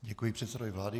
Děkuji předsedovi vlády.